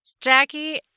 Jackie